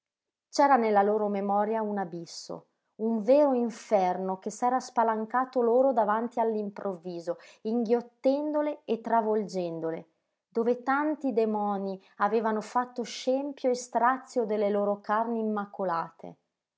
c'era nella loro memoria un abisso un vero inferno che s'era spalancato loro davanti all'improvviso inghiottendole e travolgendole dove tanti demonii avevano fatto scempio e strazio delle loro carni immacolate